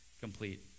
complete